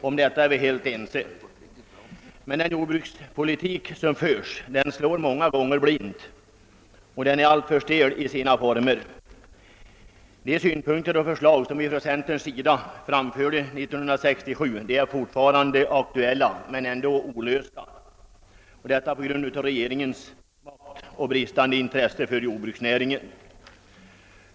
Om detta är vi helt ense. Men den jordbrukspolitik som förs slår många gånger blint och är alltför stel i sina former. De synpunkter och förslag som vi från centern framförde år 1967 är fortfarande aktuella, men problemen är olösta — detta på grund av att regeringen med sin makt har ett bristande intresse för jordbruksnäringen.